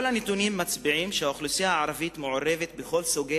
כל הנתונים מצביעים על כך שהאוכלוסייה הערבית מעורבת בכל סוגי